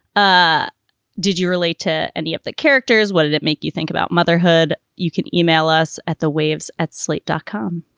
ah did you relate to any of the characters? what did it make you think about motherhood? you can e-mail us at the waves at slate dot com.